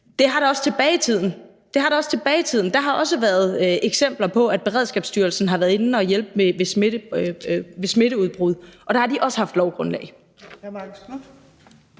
Det har der også tilbage i tiden. Der har også været eksempler på, at Beredskabsstyrelsen har været inde og hjælpe ved smitteudbrud, og der har de også haft lovgrundlag.